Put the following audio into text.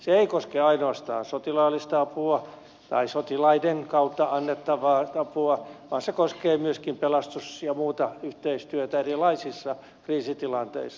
se ei koske ainoastaan sotilaallista apua tai sotilaiden kautta annettavaa apua vaan se koskee myöskin pelastus ja muuta yhteistyötä erilaisissa kriisitilanteissa